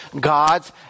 God's